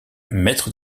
mètres